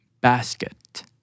Basket